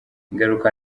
ingaruka